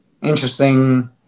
interesting